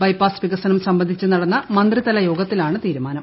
bypass ്വികസനം സംബന്ധിച്ച് നടന്ന മന്ത്രിതല യോഗത്തിലാണ് തീരുമാനം